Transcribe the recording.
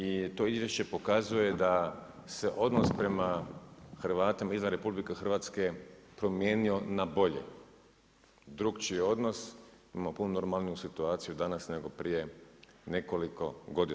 I to izvješće pokazuje da se odnos prema Hrvatima izvan RH promijenio na bolje, drukčiji odnos, imamo puno normalniju situaciju danas nego prije nekoliko godina.